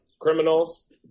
criminals